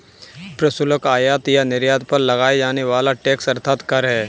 प्रशुल्क, आयात या निर्यात पर लगाया जाने वाला टैक्स अर्थात कर है